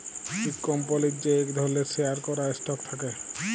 ইক কম্পলির যে ইক ধরলের শেয়ার ক্যরা স্টক থাক্যে